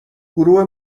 گروه